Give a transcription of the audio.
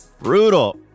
Brutal